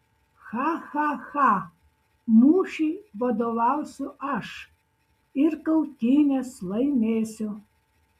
cha cha cha mūšiui vadovausiu aš ir kautynes laimėsiu